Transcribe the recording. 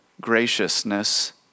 graciousness